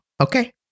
Okay